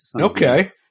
Okay